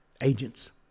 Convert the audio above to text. agents